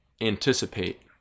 anticipate